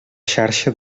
xarxa